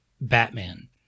Batman